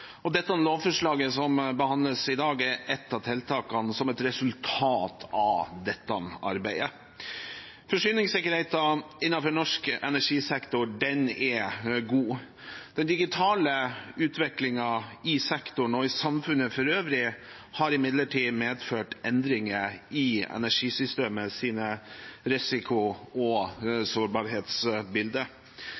lovforslaget som behandles i dag, er ett av tiltakene som er et resultat av dette arbeidet. Forsyningssikkerheten innenfor norsk energisektor er god. Den digitale utviklingen i sektoren og i samfunnet for øvrig har imidlertid medført endringer i energisystemets risiko- og